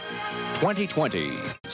2020